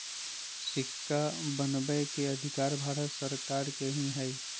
सिक्का बनबै के अधिकार भारत सरकार के ही हइ